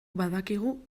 badakigu